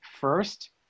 first